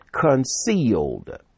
concealed